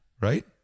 Right